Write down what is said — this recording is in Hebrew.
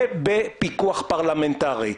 ובפיקוח פרלמנטרי.